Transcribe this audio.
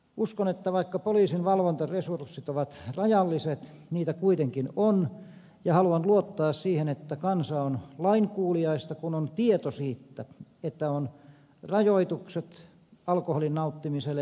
uskon että vaikka poliisin valvontaresurssit ovat rajalliset niitä kuitenkin on ja haluan luottaa siihen että kansa on lainkuuliaista kun on tieto siitä että on rajoitukset alkoholin nauttimiselle